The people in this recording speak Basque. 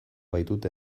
baitute